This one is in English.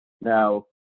Now